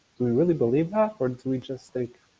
do we really believe that or do we just think